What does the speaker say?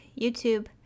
YouTube